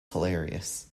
hilarious